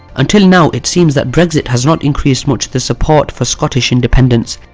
until now, it seems that brexit has not increased much the support for scottish independence,